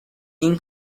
این